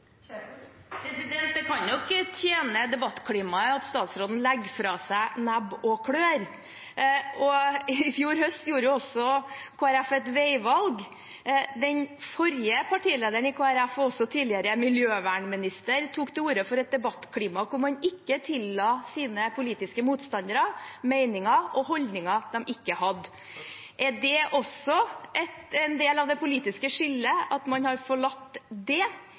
Det kan nok tjene debattklimaet at statsråden legger fra seg nebb og klør. I fjor høst gjorde Kristelig Folkeparti et veivalg. Den forrige partilederen i Kristelig Folkeparti, også tidligere miljøvernminister, tok til orde for et debattklima hvor man ikke tilla sine politiske motstandere meninger og holdninger de ikke hadde. Er det også en del av det politiske skillet at man har forlatt det?